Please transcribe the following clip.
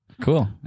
cool